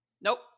Nope